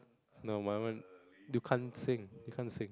no my one you can't sing you can't sing